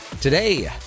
Today